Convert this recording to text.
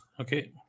Okay